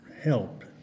help